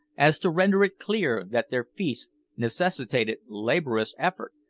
as to render it clear that their feast necessitated laborious effort,